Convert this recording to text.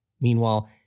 Meanwhile